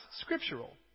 scriptural